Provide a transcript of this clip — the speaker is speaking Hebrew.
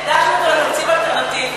לתקציב אלטרנטיבי,